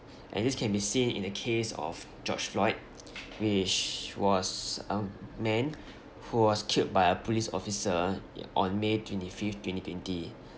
and this can be seen in the case of george floyd which was a man who was killed by a police officer on may twenty fifth twenty twenty